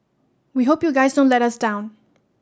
we hope you guys don't let us down